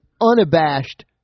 unabashed –